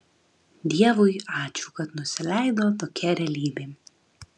dievui ačiū kad nusileido tokia realybė